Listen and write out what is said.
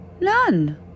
None